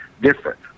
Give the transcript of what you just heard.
different